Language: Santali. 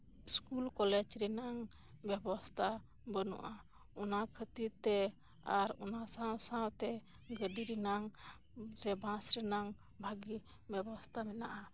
ᱥᱠᱩᱞ ᱠᱚᱞᱮᱡᱽ ᱨᱮᱱᱟᱝ ᱵᱮᱵᱚᱥᱛᱷᱟ ᱵᱟᱹᱱᱩᱜᱼᱟ ᱚᱱᱟ ᱠᱷᱟᱹᱛᱤᱨ ᱛᱮ ᱟᱨ ᱚᱱᱟ ᱥᱟᱶ ᱥᱟᱶᱛᱮ ᱜᱟᱹᱰᱤ ᱨᱮᱱᱟᱝ ᱥᱮ ᱵᱟᱥ ᱨᱮᱱᱟᱝ ᱵᱷᱟᱹᱜᱤ ᱵᱮᱵᱚᱥᱛᱷᱟ ᱢᱮᱱᱟᱜᱼᱟ